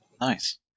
Nice